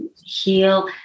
heal